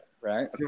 right